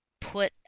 put